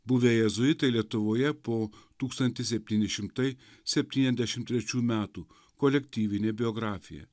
buvę jėzuitai lietuvoje po tūkstantis septyni šimtai septyniasdešimt trečių metų kolektyvinė biografija